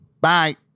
Bye